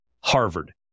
Harvard